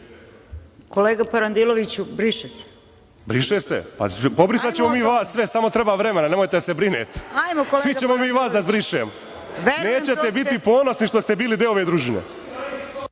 **Miloš Parandilović** Pa briše se, pobrisaćemo mi vas sve, samo treba vremena, nemojte da se brinete. Svi ćemo mi vas da zbrišemo. Nećete biti ponosni što ste bili deo ove družine.34/3